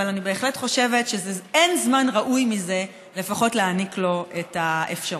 אבל אני בהחלט חושבת שאין זמן ראוי מזה לפחות להעניק לו את האפשרות.